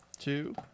two